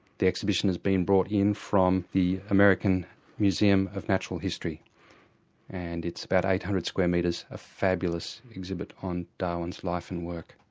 the exhibition has been brought in from the american museum of natural history and it's about eight hundred square metres of fabulous exhibit on darwin's life and work.